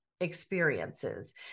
experiences